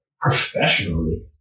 professionally